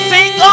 Sing